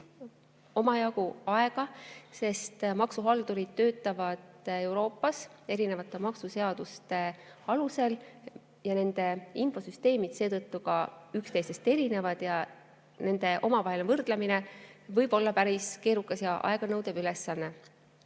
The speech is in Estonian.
omajagu aega, sest maksuhaldurid töötavad Euroopas erinevate maksuseaduste alusel, nende infosüsteemid seetõttu ka üksteisest erinevad ja nende omavaheline võrdlemine võib olla päris keerukas ja aeganõudev ülesanne.